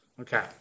Okay